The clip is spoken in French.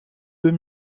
deux